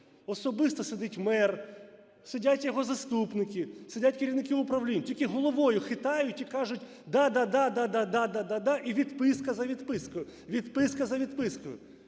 Особисто сидить мер, сидять його заступники, сидять керівники управлінь, тільки головою хитають і кажуть, да-да-да, да-да-да. І відписка за відпискою, відписка за відпискою.